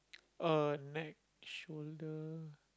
uh neck shoulder